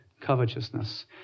covetousness